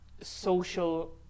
social